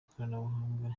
y’ikoranabuhanga